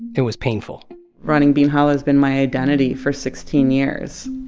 it was painful running bean hollow's been my identity for sixteen years.